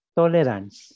tolerance